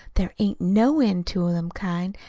there ain't no end to them kind,